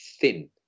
thin